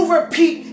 repeat